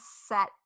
set